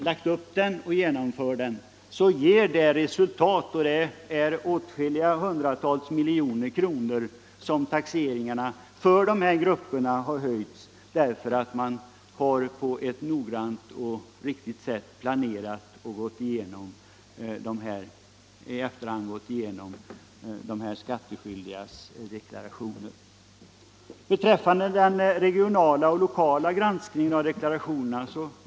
Taxeringarna för dessa grupper har höjts med åtskilliga hundratals miljoner därför att man noggrant och riktigt har planerat aktioner och gått igenom de skattskyldigas deklarationer.